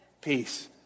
peace